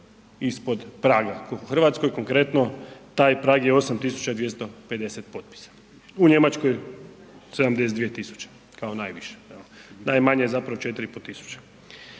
ispod praga. U RH konkretno taj prag je 8250 potpisa, u Njemačkoj 72000 kao najviše, jel, najmanje je zapravo 4500.